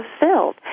fulfilled